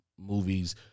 movies